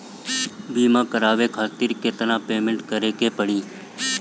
बीमा करावे खातिर केतना पेमेंट करे के पड़ी?